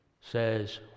says